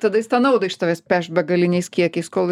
tada jis tą naudą iš tavęs peš begaliniais kiekiais kol